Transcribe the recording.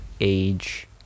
age